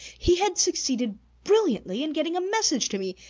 he had succeeded brilliantly in getting a message to me.